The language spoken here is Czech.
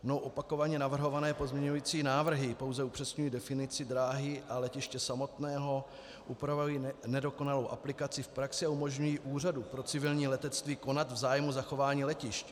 Mnou opakovaně navrhované pozměňující návrhy pouze upřesňují definici dráhy a letiště samotného, upravují nedokonalou aplikaci v praxi a umožňují Úřadu pro civilní letectví konat v zájmu zachování letišť.